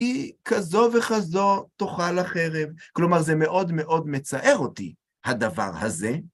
היא כזו וכזו תאכל החרב, כלומר זה מאוד מאוד מצער אותי, הדבר הזה.